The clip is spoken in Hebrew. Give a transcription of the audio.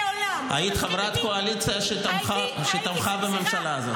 היית חברת קואליציה שתמכה בממשלה הזאת.